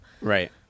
right